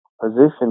position